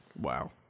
wow